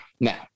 now